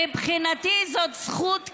מבחינתי, זו זכות חיונית,